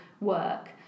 work